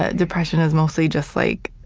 ah depression is mostly just, like,